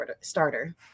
starter